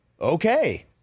Okay